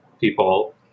people